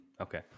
Okay